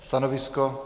Stanovisko?